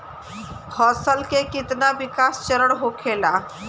फसल के कितना विकास चरण होखेला?